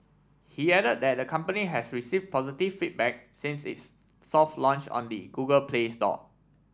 he added that the company has receive positive feedback since its soft launch on the Google Play Store